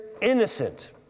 innocent